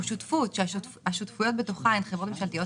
או שותפות כאשר השותפויות בתוכה הן חברות ממשלתיות